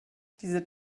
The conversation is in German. diese